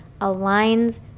aligns